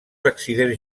accidents